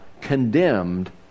condemned